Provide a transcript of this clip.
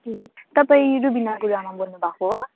तपाईँ रुबिना गुरूआमा बोल्नुभएको हो